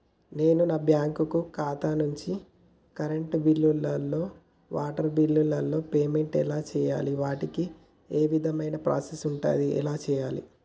నేను నా బ్యాంకు ఖాతా నుంచి కరెంట్ బిల్లో వాటర్ బిల్లో పేమెంట్ ఎలా చేయాలి? వాటికి ఏ విధమైన ప్రాసెస్ ఉంటది? ఎలా చేయాలే?